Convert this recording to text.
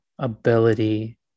ability